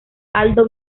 aldo